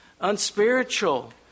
unspiritual